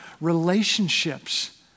relationships